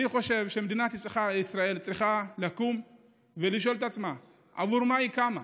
אני חושב שמדינת ישראל צריכה לקום ולשאול את עצמה עבור מה היא קמה,